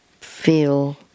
feel